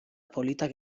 politak